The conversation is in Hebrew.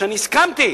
שאני הסכמתי